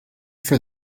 for